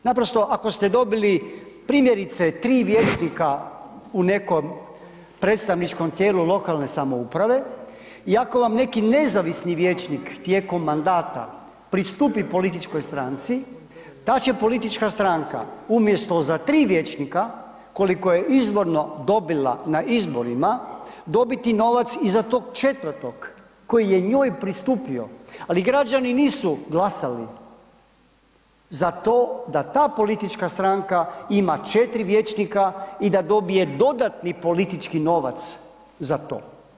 Naprosto, ako ste dobili primjerice, 3 vijećnika u nekom predstavničkom tijelu lokalne samouprave i ako vam neki nezavisni vijećnik tijekom mandata, pristupi političkoj stranci, ta će politička stranka umjesto za 3 vijećnika, koliko je izborno dobila na izborima, dobiti novac i za tog 4. koji je njoj pristupio, ali građani nisu glasali za to da ta politička stranka ima 4 vijećnika i da dobije dodatni politički novac za to.